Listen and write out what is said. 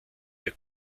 der